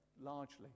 largely